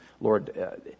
Lord